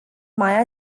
maya